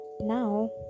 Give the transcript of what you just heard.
now